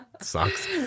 Sucks